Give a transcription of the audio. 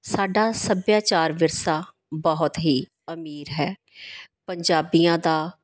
ਸਾਡਾ ਸੱਭਿਆਚਾਰ ਵਿਰਸਾ ਬਹੁਤ ਹੀ ਅਮੀਰ ਹੈ ਪੰਜਾਬੀਆਂ ਦਾ